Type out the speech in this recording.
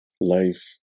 Life